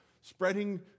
Spreading